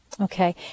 okay